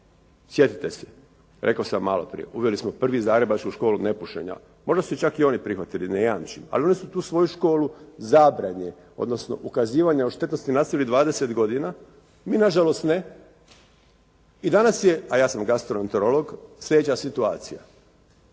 Sjetite se, rekao sam malo prije. Uveli smo prvi Zagrebačku školu nepušenja. Možda su čak i oni prihvatili ne jamčim, ali oni su tu svoju školu zabrane, odnosno ukazivanja o štetnosti nastavili 20 godina. Mi na žalost ne i danas je, a ja sam gastroenterolog slijedeća situacija.